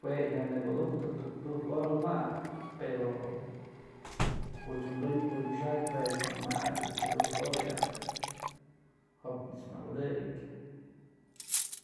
Jue jya nëku'dujtë tuktuk hora mabë pero koch dun koch xaj juech na may tudujk hora ajtyë jopnëch mabëdëkyë